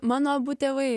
mano abu tėvai